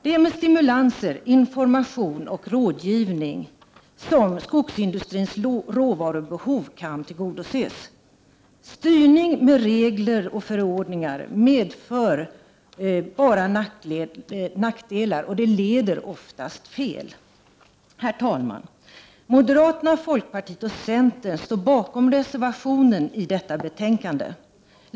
Det är med stimulanser, information och rådgivning som skogsindustrins råvarubehov kan tillgodoses. Styrning med regler och förordningar medför bara nackdelar och leder oftast fel. Herr talman! Moderaterna, folkpartiet och centern står bakom reservationen i detta betänkande.